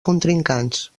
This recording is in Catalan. contrincants